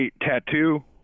tattoo